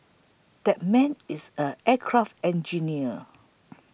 that man is an aircraft engineer